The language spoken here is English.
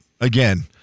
again